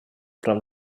from